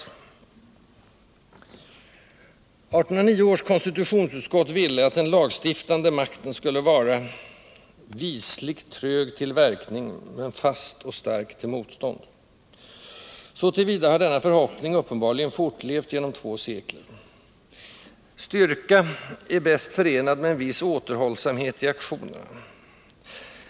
1809 års konstitutionsutskott ville att den lagstiftande makten skulle vara ”visligt trög till verkning, men fast och stark till motstånd”. Så till vida har denna förhoppning uppenbarligen fortlevt genom två sekler. Styrka är bäst förenad med en viss återhållsamhet i aktionerna.